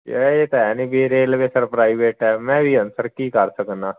ਇਹ ਤਾਂ ਹੈ ਨਹੀਂ ਵੀ ਰੇਲਵੇ ਸਰ ਪ੍ਰਾਈਵੇਟ ਹੈ ਮੈਂ ਵੀ ਅਨਸਰ ਕੀ ਕਰ ਸਕਦਾ